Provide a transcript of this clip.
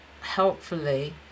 helpfully